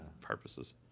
purposes